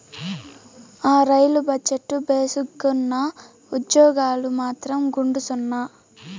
ఆ, rail budget భేసుగ్గున్నా, ఉజ్జోగాలు మాత్రం గుండుసున్నా